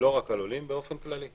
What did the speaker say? יש, לא רק על עולים, באופן כללי.